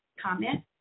comment